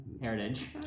heritage